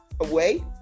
away